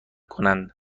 کنند